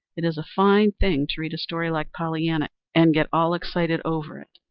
it is a fine thing to read a story like pollyanna and get all excited over it.